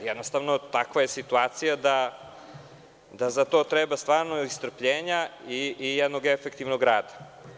Jednostavno, takva je situacija da za to treba strpljenja i efektivnog rada.